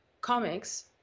comics